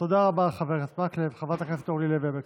תודה רבה, חבר הכנסת מקלב.